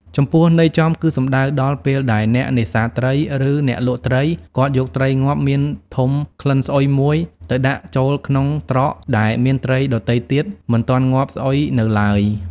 ចំពោះន័យចំគឺសំដៅដល់ ពេលដែលអ្នកនេសាទត្រី ឬអ្នកលក់ត្រី គាត់យកត្រីងាប់មានធុំក្លិនស្អុយមួយ ទៅដាក់ចូលក្នុងត្រកដែលមានត្រីដទៃទៀតមិនទាន់ងាប់ស្អុយនៅឡើយ។